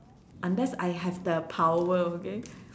unless I have the power okay